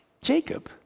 Jacob